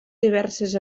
diverses